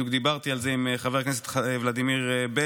בדיוק דיברתי על זה עם חבר הכנסת ולדימיר בליאק,